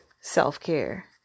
self-care